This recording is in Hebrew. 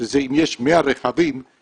שאם יש 100 רכבים,